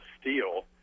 steel